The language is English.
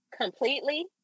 completely